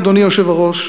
אדוני היושב-ראש,